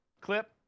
clip